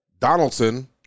Donaldson